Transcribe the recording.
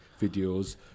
videos